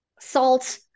salt